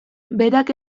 berak